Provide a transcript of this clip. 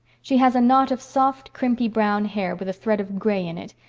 she has a knot of soft, crimpy, brown hair with a thread of gray in it,